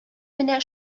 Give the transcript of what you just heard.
менә